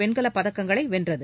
வெண்கல பதக்கங்களை வென்றது